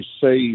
say